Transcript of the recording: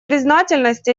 признательность